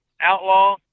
outlaw